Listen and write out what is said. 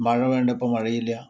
മഴ വേണ്ടപ്പോൾ മഴയില്ല